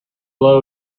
low